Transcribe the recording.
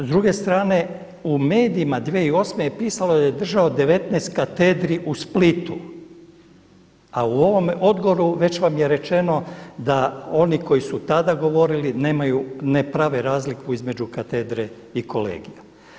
S druge strane u medijima 2008. je pisalo da je održao 19 katedri u Splitu, a u ovome odgovoru već vam je rečeno da oni koji su tada govorili nemaju, ne prave razliku između katedre i kolegija.